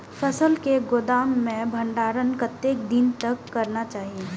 फसल के गोदाम में भंडारण कतेक दिन तक करना चाही?